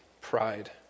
pride